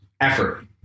effort